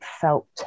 felt